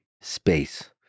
space